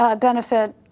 benefit